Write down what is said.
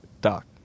Doc